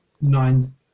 nine